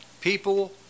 people